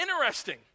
interesting